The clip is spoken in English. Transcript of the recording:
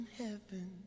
heaven